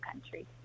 Country